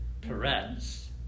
Perez